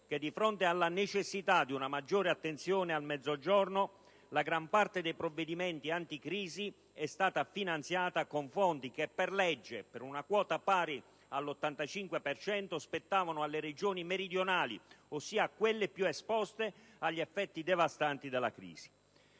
che di fronte alla necessità di una maggiore attenzione al Mezzogiorno, la gran parte dei provvedimenti anticrisi è stata finanziata con fondi che per legge, per una quota pari all'85 per cento, spettavano alle Regioni meridionali, ossia quelle più esposte agli effetti devastanti della crisi.